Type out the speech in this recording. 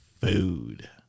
food